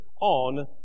on